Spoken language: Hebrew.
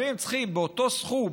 אבל אם הם צריכים באותו סכום